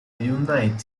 united